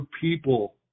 people